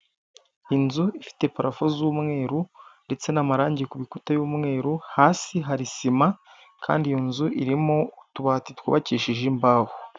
Inzu ifite parafo z'umweru ndetse n'amarangi ku bikuta y'umweru, hasi hari sima kandi iyo nzu irimo utubati twubakishije imbaho.